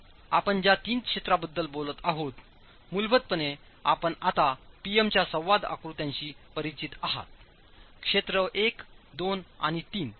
तर आपण ज्या 3 क्षेत्रांबद्दल बोलत आहोतमूलभूतपणे आपण आता P M च्या संवाद आकृत्याशी परिचित आहात क्षेत्र 1 2 आणि 3